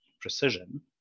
precision